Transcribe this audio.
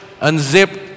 unzipped